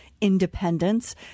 independence